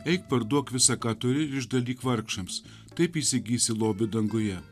eik parduok visa ką turi ir išdalyk vargšams taip įsigysi lobį danguje